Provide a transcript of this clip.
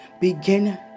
begin